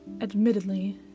admittedly